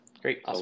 Great